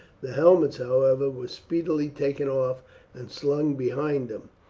the helmets, however, were speedily taken off and slung behind them,